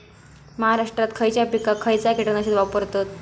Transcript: महाराष्ट्रात खयच्या पिकाक खयचा कीटकनाशक वापरतत?